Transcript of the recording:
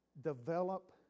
develop